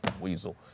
weasel